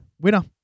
Winner